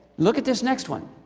look at this next one,